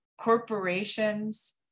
Corporations